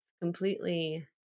completely